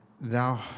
Thou